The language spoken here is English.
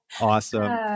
Awesome